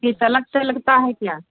fees अलग से लगती है क्या